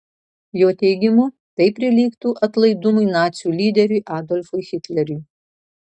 jo teigimu tai prilygtų atlaidumui nacių lyderiui adolfui hitleriui